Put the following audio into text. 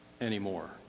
anymore